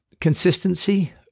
consistency